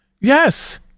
Yes